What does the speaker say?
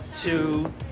two